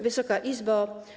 Wysoka Izbo!